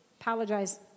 Apologize